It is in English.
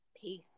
Peace